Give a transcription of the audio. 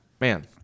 Man